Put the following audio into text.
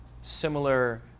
similar